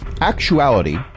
actuality